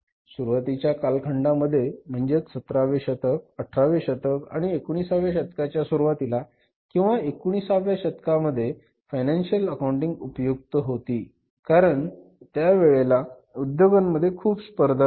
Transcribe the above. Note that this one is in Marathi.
सुरुवातीच्या कालखंडामध्ये म्हणजेच सतरावे शतक अठरावे शतक आणि एकोणिसाव्या शतकाच्या सुरुवातीला किंवा एकोणिसाव्या शतकामधे फायनान्शिअल अकाउंटिंग उपयुक्त होती कारण त्यावेळेला उद्योगांमध्ये खूप स्पर्धा नव्हती